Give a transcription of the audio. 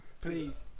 Please